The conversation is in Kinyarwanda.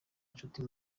nshuti